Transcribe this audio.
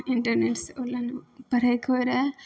internet से online पढ़ैके होइ रहै